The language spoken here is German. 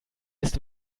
ist